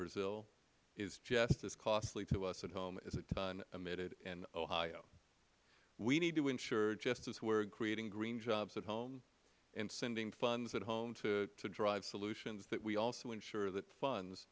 brazil is just as costly to us at home as a ton emitted in ohio we need to ensure just as we are creating green jobs at home and sending funds at home to drive solutions that we also ensure that funds